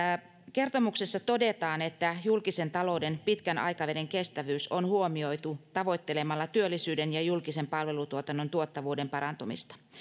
kertomuksessa todetaan että julkisen talouden pitkän aikavälin kestävyys on huomioitu tavoittelemalla työllisyyden ja julkisen palvelutuotannon tuottavuuden parantumista